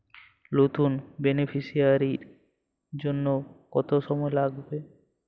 নতুন বেনিফিসিয়ারি জন্য কত সময় লাগবে?